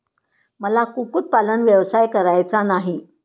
मला कुक्कुटपालन व्यवसाय करायचा नाही